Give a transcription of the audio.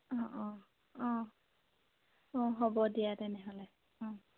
অঁ অঁ অঁ অঁ হ'ব দিয়া তেনেহ'লে অঁ